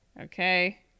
Okay